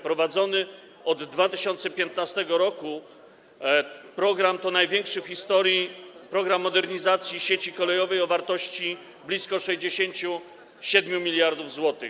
Prowadzony od 2015 r. program to największy w historii program modernizacji sieci kolejowej o wartości blisko 67 mld zł.